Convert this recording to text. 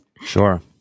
Sure